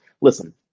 Listen